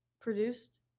produced